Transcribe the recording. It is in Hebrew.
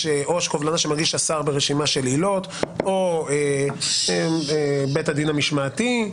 השר ברשימה של עילות או בית הדין המשמעתי.